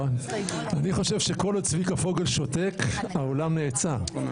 אני חושב שכל עוד צביקה פוגל שותק, העולם נעצר.